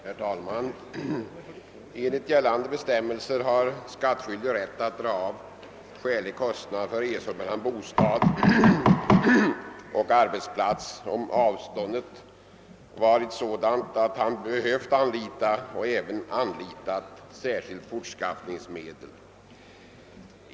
Herr talman! Enligt gällande bestämmelser har skattskyldig rätt att dra av skälig kostnad för resa mellan bostad och arbetsplats, om avståndet varit sådant, att han behövt anlita och även anlitat särskilt fortskaffningsmedel.